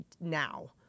now